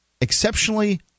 exceptionally